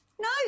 No